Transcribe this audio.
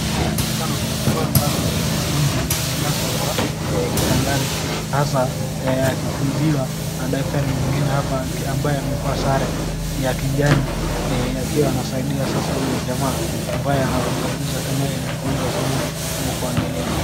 Inaonekano kuna jamaa ambazo ni mgonjwa amelazwa hapa kitandani, sasa akitibiwa na daktari mwingine hapa ambaye amevaa sare ya kijani, akiwa anasaidia sasa huyo jamaa. Ambaye anagusa gusa kama yeye ni mgonjwa sana ama kuangalia.